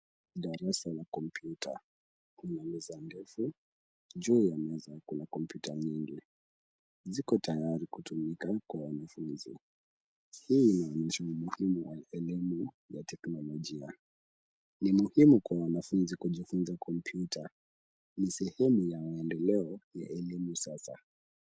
Darasa la kompyuta, kuna meza ndefu, juu ya meza kuna kompyuta nyingi. Ziko tayari kutumika kwa wanafunzi. Hili ni njia muhimu wa elimu ya teknolojia. Ni muhimu kwa wanafunzi kujifunza kompyuta, ni sehemu ya maendeleo ya elimu sasa.